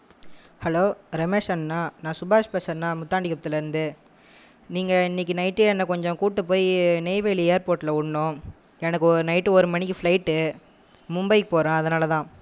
hello Ramesh அண்ணணா நான் சுபாஷ் பேசுறேண்ணா முத்தாண்டி குப்பத்துலேருந்து நீங்கள் இன்றைக்கு நைட் என்னை கொஞ்சம் கூட்டி போய் நெய்வேலி ஏர்போர்ட்டில் விடணும் எனக்கு நைட்டு ஒரு மணிக்கு ஃப்ளைட்டு மும்பைக்கு போகிறேன் அதனால்தான்